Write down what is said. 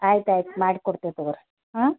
ಆಯ್ತು ಆಯ್ತು ಮಾಡಿಕೊಡ್ತೀವಿ ತಗೋರಿ ಹಾಂ